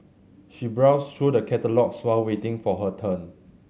she browsed through the catalogues while waiting for her turn